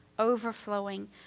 overflowing